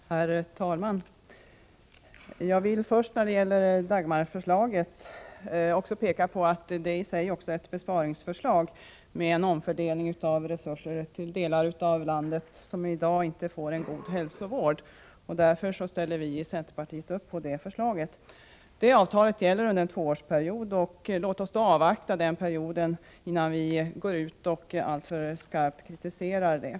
Herr talman! Jag vill till att börja med peka på att Dagmarförslaget också innebar ett besparingsförslag med en omfördelning av resurser till delar av landet som i dag inte får en god hälsovård. Därför ställde vi i centerpartiet upp på det förslaget. Avtalet gäller en tvåårsperiod. Låt oss avvakta den perioden innan vi går ut och allt för skarpt kritiserar det.